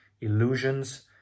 illusions